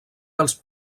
dels